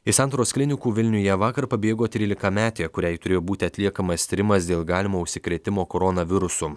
iš santaros klinikų vilniuje vakar pabėgo trylikametė kuriai turėjo būti atliekamas tyrimas dėl galimo užsikrėtimo koronavirusu